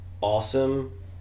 awesome